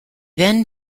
then